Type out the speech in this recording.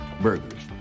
burgers